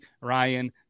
Ryan